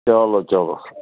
چلو چلو